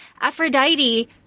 Aphrodite—